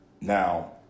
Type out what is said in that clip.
Now